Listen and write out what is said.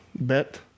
bet